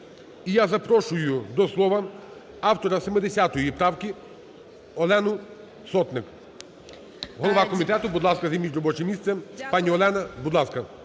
І я запрошую до слова автора 70 правки Олену Сотник. Голова комітету, будь ласка, займіть робоче місце. Пані Олена, будь ласка.